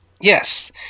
Yes